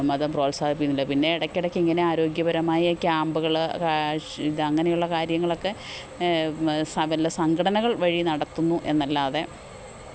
മതം പ്രോത്സാഹിപ്പിക്കുണ്ട് പിന്നെ ഇടക്കെടയ്ക്കിങ്ങനെ ആരോഗ്യപരമായ ക്യാമ്പുകൾ ഇതങ്ങനെയുള്ള കാര്യങ്ങളൊക്കെ സകല സംഘടനകള് വഴി നടത്തുന്നു എന്നല്ലാതെ